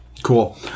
Cool